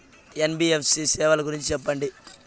NBFC సేవల గురించి సెప్పండి?